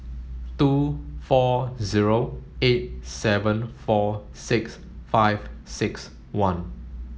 two four zero eight seven four six five six one